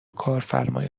کارفرمای